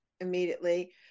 immediately